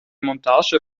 montage